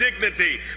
dignity